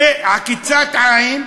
בקריצת עין,